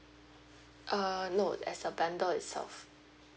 uh no as a bundle itself